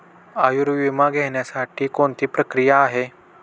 आयुर्विमा घेण्यासाठी कोणती प्रक्रिया आहे?